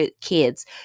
kids